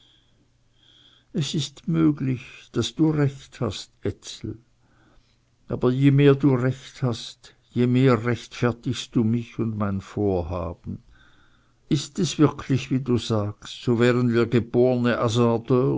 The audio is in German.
es ist möglich daß du recht hast ezel aber je mehr du recht hast je mehr rechtfertigst du mich und mein vorhaben ist es wirklich wie du sagst so wären wir geborene